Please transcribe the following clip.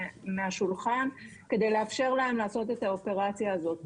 מהשולחן כדי לאפשר להם לעשות את האופרציה הזאת.